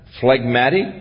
phlegmatic